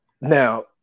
Now